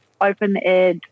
open-air